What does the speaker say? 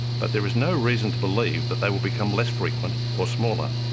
but there is no reason to believe that they will become less frequent, or smaller.